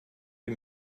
wir